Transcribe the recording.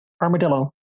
Armadillo